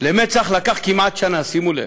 למצ"ח לקח כמעט שנה, שימו לב,